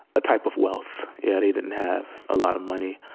a type of wealth. yeah, they didn't have a lot of money.